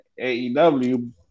AEW